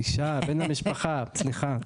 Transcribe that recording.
אישה, בן המשפחה, סליחה.